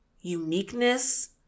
uniqueness